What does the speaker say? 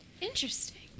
Interesting